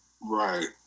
Right